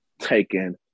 taken